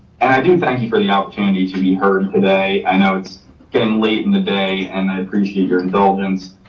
and i do thank you for the opportunity to be heard today. i know it's getting late in the day and i appreciate your indulgence.